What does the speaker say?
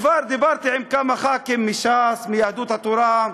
דיברתי עם כמה חברי כנסת מש"ס ויהדות התורה,